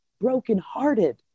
brokenhearted